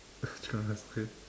chicken rice okay